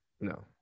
No